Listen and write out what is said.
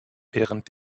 während